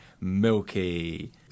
milky